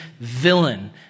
villain